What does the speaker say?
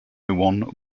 one